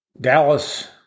Dallas